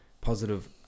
positive